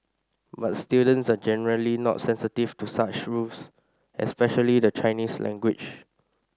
but students are generally not sensitive to such rules especially the Chinese language